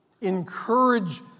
Encourage